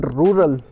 rural